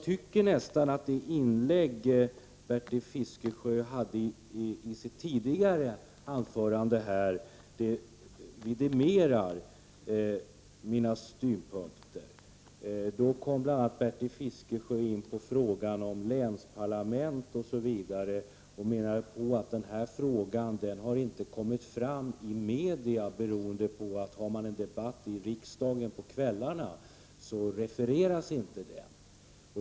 Det som Bertil Fiskesjö sade i sitt tidigare anförande vidimerar mina synpunkter. Han kom bl.a. in på frågan om länsparlament och menade att den inte har kommit fram i media, beroende på att debatter i riksdagen på kvällarna inte refereras.